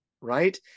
Right